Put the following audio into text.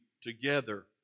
together